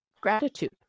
gratitude